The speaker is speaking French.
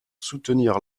soutenir